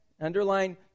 underline